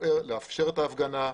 לאפשר את ההפגנה.